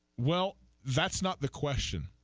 well that's not the question